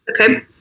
Okay